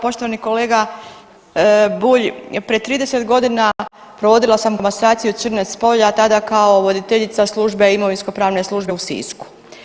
Poštovani kolega Bulj, prije 30 godina provodila sam komasaciju … [[Govornica se ne razumije.]] tada kao voditeljica Službe imovinsko-pravne službe u Sisku.